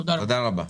תודה רבה.